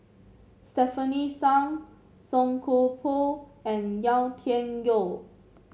Stefanie Sun Song Koon Poh and Yau Tian Yau